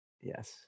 Yes